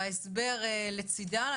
וההסבר לצידה.